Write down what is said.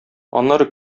аннары